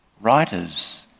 writers